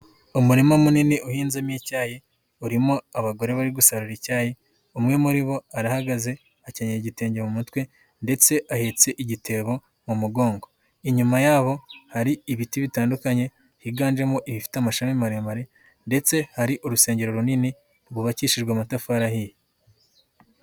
Umurima munini uhinzemo icyayi, urimo abagore bari gusarara icyayi, umwe muri bo arahagaze akenyera igitenge mu mutwe ndetse ahetse igitebo mu mugongo, inyuma yabo hari ibiti bitandukanye higanjemo ibifite amashami maremare, ndetse hari urusengero runini rwubakishijwe amatafari ahiye.